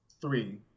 three